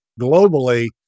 globally